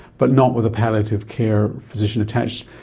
but not with a palliative care physician attached.